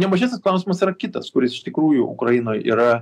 ne mažesnis klausimas yra kitas kuris iš tikrųjų ukrainoj yra